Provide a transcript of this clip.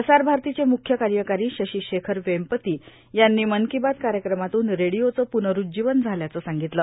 प्रसार भारती चे मुख्य कार्यकारी शशी शेखर वेंपती यांनी मन की बात कार्यक्रमातून रेडिओचं प्नरूज्जीवन झाल्याचं सांगितलं